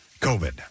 COVID